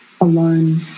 alone